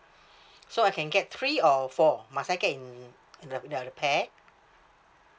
so I can get three or four must I get in in the in the a pair